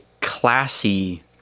classy